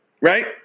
Right